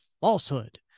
falsehood